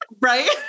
Right